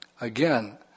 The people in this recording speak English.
Again